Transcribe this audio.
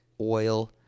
oil